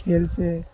کھیل سے